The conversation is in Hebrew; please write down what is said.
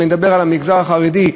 אם נדבר על המגזר החרדי,